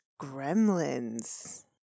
Gremlins